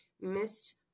missed